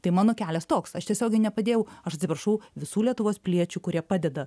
tai mano kelias toks aš tiesiogiai nepadėjau aš atsiprašau visų lietuvos piliečių kurie padeda